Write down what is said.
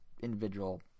individual